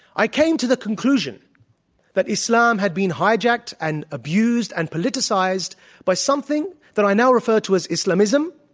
i came to the conclusion that islam had been hijacked and abused and politicized by something that i now refer to as islamism,